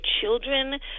children